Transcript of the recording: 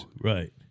Right